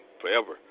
forever